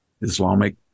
Islamic